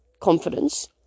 confidence